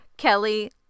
Kelly